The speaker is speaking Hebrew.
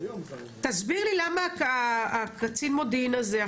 תסביר לי למה הקצין מודיעין הזה,